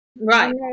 right